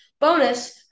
Bonus